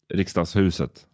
riksdagshuset